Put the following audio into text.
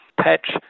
patch